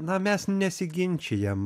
na mes nesiginčijam